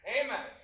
Amen